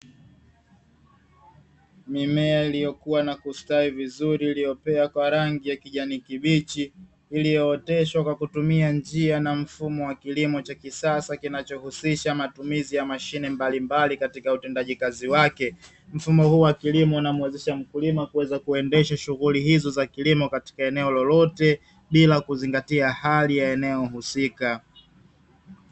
Mimea iliyokuwa na kustawi vizuri iliyopea kwa rangi ya kijani kibichi iliyooteshwa kwa kutumia njia na mfumo wa kilimo cha kisasa kinachohusisha matumizi ya mashine mbalimbali katika utendaji kazi wake, mfumo huu wa kilimo unamwezesha mkulima kuweza kuendesha shughuli hizo za kilimo katika eneo lolote bila kuzingatia hali ya eneo husika.